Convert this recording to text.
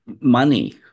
Money